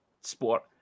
sport